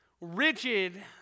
rigid